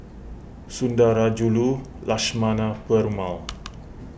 Sundarajulu Lakshmana Perumal